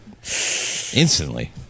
Instantly